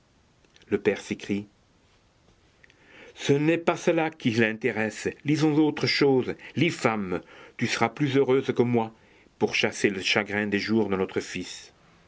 le père s'écrie ce n'est pas cela qui l'intéresse lisons autre chose lis femme tu seras plus heureuse que moi pour chasser le chagrin des jours de notre fils